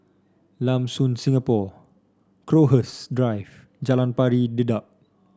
Lam Soon Singapore Crowhurst Drive Jalan Pari Dedap